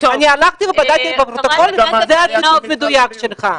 אני הלכתי ובדקתי בפרוטוקול - זה הציטוט המדויק שלך.